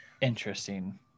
Interesting